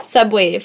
Subway